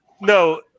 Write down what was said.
no